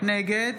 נגד